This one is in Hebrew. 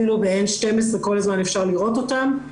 אפילו ב-N12 כל הזמן אפשר לראות אותם,